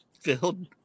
filled